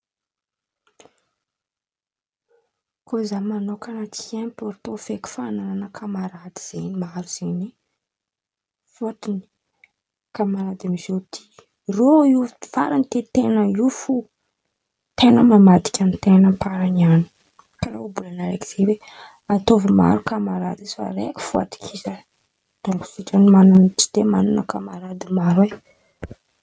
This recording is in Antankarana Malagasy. Kô za manôkan̈a tsy impôrtan feky fanan̈ana kamarady zen̈y maro zen̈y e! Fôtiny kamarady amiziô ty reo io faran̈y tian-ten̈a io fo ten̈a mamadika ten̈a amparan̈y an̈y karàha ohabolan̈a raiky zay oe ataovy maro kamarady ho izy fa raiky fo atokisa, dônko sitran̈y man̈ana tsy de man̈ana kamarady maro e.